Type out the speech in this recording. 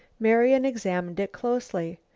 marian examined it closely.